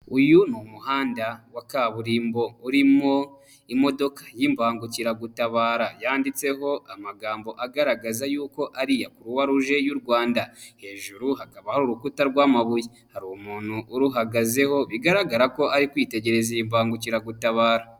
Uyu ni umuhanda wa kaburimbo urimo imodoka y'ibangukiragutabara yanditseho amagambo agaragaza y'uko ari iya Croix Rouge y'u Rwanda, hejuru hakaba hari urukuta rw'amabuye, hari umuntu uruhagazeho bigaragara ko ari kwitegereza iyi mbangukiragutabara.